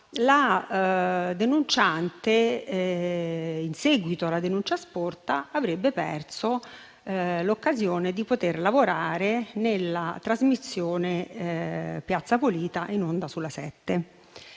la denunciante, in seguito alla denuncia sporta, avrebbe perso l'occasione di lavorare nella trasmissione "Piazza Pulita", in onda su LA7.